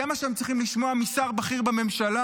זה מה שהם צריכים לשמוע משר בכיר בממשלה?